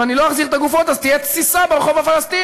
אם אני לא אחזיר את הגופות אז תהיה תסיסה ברחוב הפלסטיני.